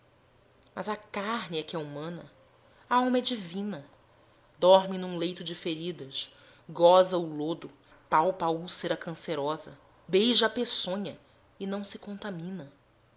mas a carne é que é humana a alma é divina dorme num leito de feridas goza o lodo apalpa a úlcera cancerosa beija a peçonha e não se contamina